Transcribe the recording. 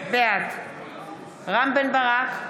בעד רם בן ברק,